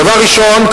דבר ראשון,